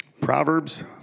Proverbs